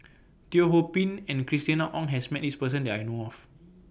Teo Ho Pin and Christina Ong has Met This Person that I know of